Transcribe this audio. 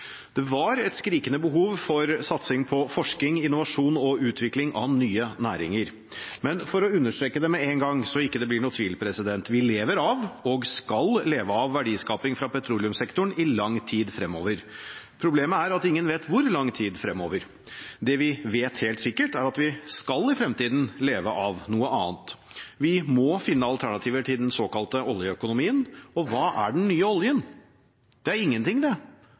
Det var et skrikende behov for satsing på forskning, innovasjon og utvikling av nye næringer. For å understreke det med én gang, slik at det ikke blir noen tvil: Vi lever av verdiskaping fra petroleumssektoren og skal leve av det i lang tid fremover. Problemet er at ingen vet hvor lang tid fremover. Det vi vet helt sikkert, er at vi i fremtiden skal leve av noe annet. Vi må finne alternativer til den såkalte oljeøkonomien. Hva er den nye oljen? Det er ingenting – eller det